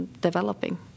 developing